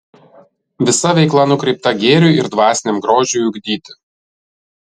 visa veikla nukreipta gėriui ir dvasiniam grožiui ugdyti